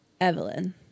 Evelyn